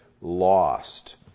lost